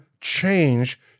change